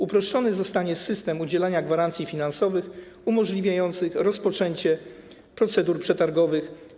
Uproszczony zostanie system udzielania gwarancji finansowych umożliwiających rozpoczęcie procedur przetargowych.